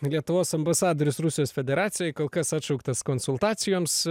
lietuvos ambasadorius rusijos federacijoj kol kas atšauktas konsultacijoms